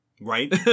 Right